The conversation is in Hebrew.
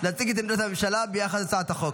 להציג את עמדת הממשלה ביחס להצעת החוק.